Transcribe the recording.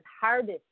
hardest